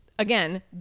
Again